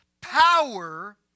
power